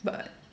but